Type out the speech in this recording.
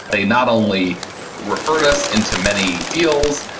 they not only referred us into many deals,